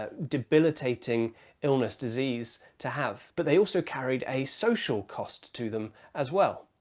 ah debilitating illness disease to have but they also carried a social cost to them as well.